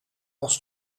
als